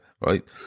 right